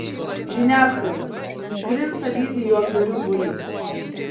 žiniasklaida princą lydi juokdarių būrys